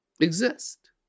exist